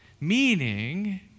Meaning